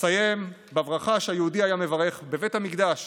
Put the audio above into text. אסיים בברכה שהיהודי היה מברך בבית המקדש